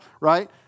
right